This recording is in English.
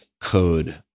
code